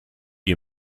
you